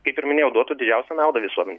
kaip ir minėjau duotų didžiausią naudą visuomenei